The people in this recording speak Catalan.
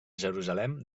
jerusalem